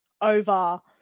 over